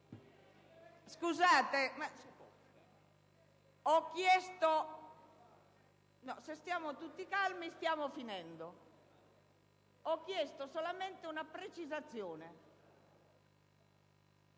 PD)*. Ho chiesto solamente una precisazione.